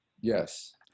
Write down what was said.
Yes